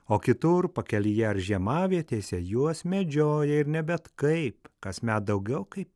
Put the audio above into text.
o kitur pakelyje ar žiemavietėse juos medžioja ir ne bet kaip kasmet daugiau kai